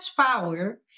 power